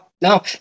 No